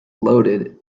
loaded